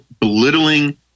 belittling